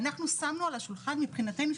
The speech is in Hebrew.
אנחנו שמנו על השולחן מבחינתנו,